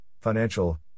financial